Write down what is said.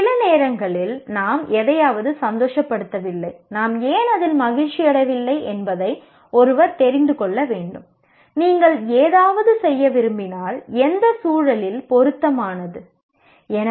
சில நேரங்களில் நாம் எதையாவது சந்தோஷப்படுத்தவில்லை நாம் ஏன் அதில் மகிழ்ச்சியடையவில்லை என்பதை ஒருவர் தெரிந்து கொள்ள வேண்டும் நீங்கள் ஏதாவது செய்ய விரும்பினால் எந்த சூழலில் இது பொருத்தமானது என்பதை நீங்கள் அறிந்து கொள்ள வேண்டும்